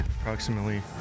approximately